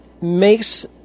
makes